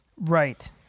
Right